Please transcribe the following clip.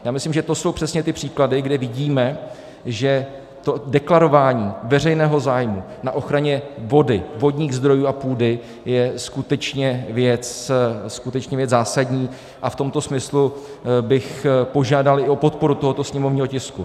Já myslím, že to jsou přesně ty příklady, kde vidíme, že to deklarování veřejného zájmu na ochraně vody, vodních zdrojů a půdy je skutečně věc zásadní, a v tomto smyslu bych požádal i o podporu tohoto sněmovního tisku.